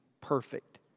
perfect